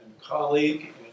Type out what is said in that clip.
colleague